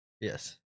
Yes